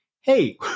hey